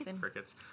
crickets